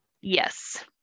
yes